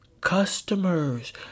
Customers